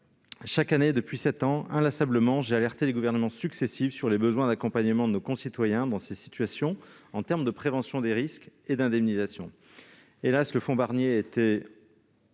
Chaque année, depuis sept ans, inlassablement, j'ai alerté les gouvernements successifs sur les besoins d'accompagnement de nos concitoyens dans ces situations, tant pour la prévention des risques que pour leur indemnisation. Hélas, le fonds Barnier a